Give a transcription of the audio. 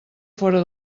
fora